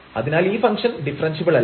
അതിനാൽ ഈ ഫംഗ്ഷൻഡിഫറെൻഷ്യബിളല്ല